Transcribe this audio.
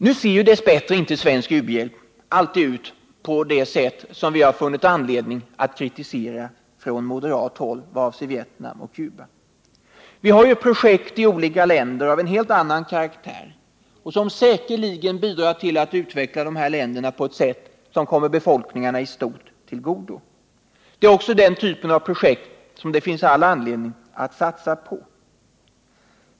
Nu ser dess bättre inte svensk u-hjälp alltid ut på det sätt som vi har funnit anledning att kritisera från moderat håll vad avser Vietnam och Cuba. Vi har projekt i olika länder av en helt annan karaktär vilka säkerligen bidrar till att utveckla dessa länder på ett sätt som kommer befoikningarna i stort till godo. Det är också den typen av projekt som det finns all anledning att satsa på.